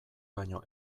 baino